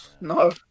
No